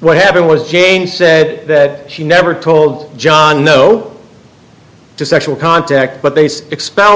what happened was jane said that she never told john no to sexual contact but base expel